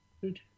Good